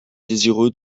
désireux